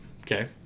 Okay